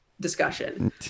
discussion